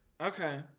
Okay